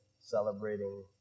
celebrating